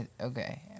Okay